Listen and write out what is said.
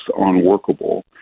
unworkable